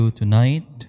tonight